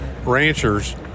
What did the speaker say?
ranchers